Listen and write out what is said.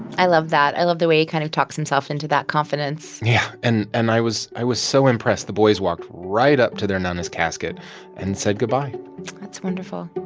i love that. i love the way he kind of talks himself into that confidence yeah. and and i was i was so impressed. the boys walked right up to their nana's casket and said goodbye that's wonderful